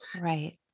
right